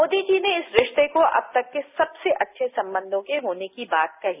मोदी जी ने इस रिस्ते को अब तक के सबसे अच्छे संबंधों के होने की बात कही